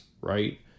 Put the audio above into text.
right